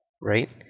right